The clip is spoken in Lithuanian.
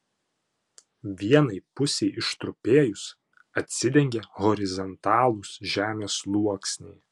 vienai pusei ištrupėjus atsidengė horizontalūs žemės sluoksniai